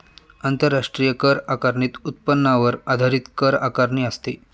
आंतरराष्ट्रीय कर आकारणीत उत्पन्नावर आधारित कर आकारणी असते